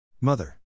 Mother